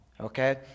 Okay